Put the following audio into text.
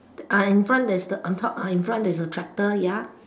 uh in front there's the on top ah in front there's a tractor ya